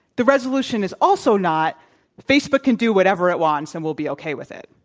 the resolution is also not facebook can do whatever it wants and we'll be okay with it.